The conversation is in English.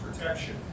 protection